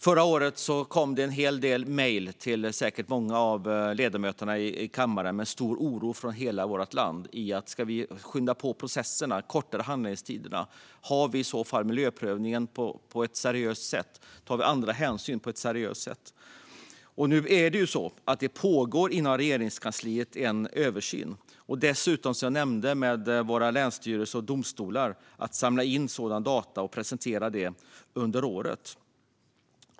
Förra året kom det en hel del mejl från hela vårt land, säkert till många av ledamöterna i kammaren, där det uttrycktes en stor oro - om vi ska skynda på processerna och handläggningstiderna, gör vi i så fall miljöprövningen på ett seriöst sätt? Tar vi andra hänsyn på ett seriöst sätt? Det pågår nu en översyn inom Regeringskansliet, och som jag nämnde arbetar dessutom våra länsstyrelser och domstolar med att samla in sådan data och presentera den under året.